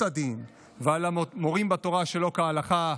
הדין ועל המורים בתורה שלא כהלכה",